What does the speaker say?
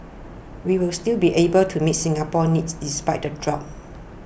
we will still be able to meet Singapore's needs despite the drop